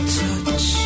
touch